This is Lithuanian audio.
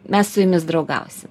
mes su jumis draugausim